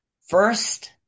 first